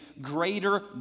greater